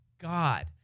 god